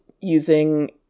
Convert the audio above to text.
using